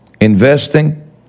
Investing